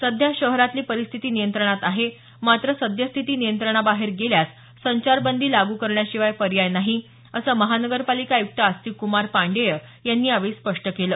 सध्या शहरातली परिस्थिती नियंत्रणात आहे मात्र सद्यस्थिती नियंत्रणाबाहेर गेल्यास संचारबंदी लागू करण्याशिवाय पर्याय नाही असं महानगरपालिका आयुक्त आस्तिक कुमार पाण्डेय यांनी यावेळी स्पष्ट केलं